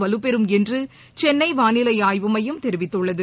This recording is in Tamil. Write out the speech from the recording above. வலுப்பெறும் என்று சென்னை வானிலை ஆய்வு மையம் தெரிவித்துள்ளது